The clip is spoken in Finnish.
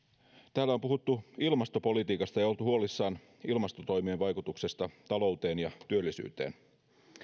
täällä on puhuttu ilmastopolitiikasta ja oltu huolissaan ilmastotoimien vaikutuksesta talouteen ja työllisyyteen